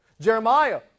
Jeremiah